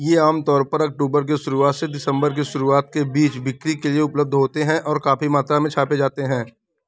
ये आम तौर पर अक्टूबर की शुरुआत से दिसम्बर की शुरुआत के बीच बिक्री के लिए उपलब्ध होते हैं और काफ़ी मात्रा में छापे जाते हैं